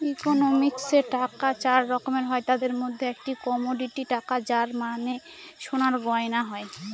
ইকোনমিক্সে টাকা চার রকমের হয় তাদের মধ্যে একটি কমোডিটি টাকা যার মানে সোনার গয়না হয়